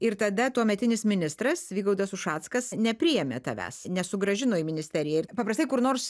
ir tada tuometinis ministras vygaudas ušackas nepriėmė tavęs nesugrąžino į ministeriją ir paprastai kur nors